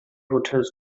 hotels